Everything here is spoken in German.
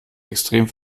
extrem